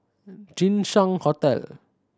Jinshan Hotel